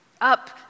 up